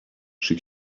she